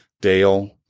Dale